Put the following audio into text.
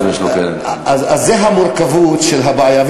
נכון, אז זאת המורכבות של הבעיה.